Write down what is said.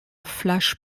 flash